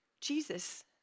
Jesus